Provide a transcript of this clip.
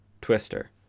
Twister